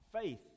faith